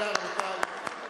בבקשה, רבותי.